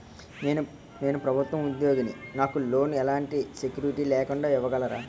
నేను ప్రభుత్వ ఉద్యోగిని, నాకు లోన్ ఎలాంటి సెక్యూరిటీ లేకుండా ఇవ్వగలరా?